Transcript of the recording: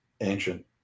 ancient